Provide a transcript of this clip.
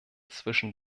zwischen